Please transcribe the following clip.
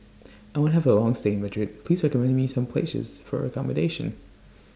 I want to Have A Long stay in Madrid Please recommend Me Some Places For accommodation